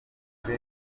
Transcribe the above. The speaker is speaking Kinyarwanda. buri